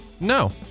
No